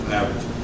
average